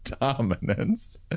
dominance